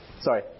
Sorry